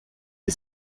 est